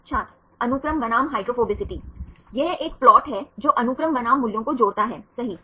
छात्र अनुक्रम बनाम हाइड्रोफोबिसिटी यह एक प्लॉट है जो अनुक्रम बनाम मूल्यों को जोड़ता है सही